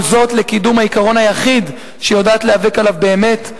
וכל זאת לקידום העיקרון היחיד שהיא יודעת להיאבק עליו באמת,